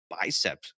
bicep